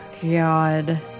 God